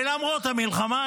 ולמרות המלחמה,